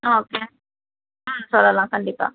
okay ம் சொல்லலாம் கண்டிப்பாக